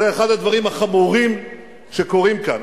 זה אחד הדברים החמורים שקורים כאן.